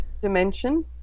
dimension